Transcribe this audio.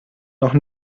noch